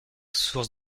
source